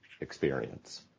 experience